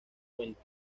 cuento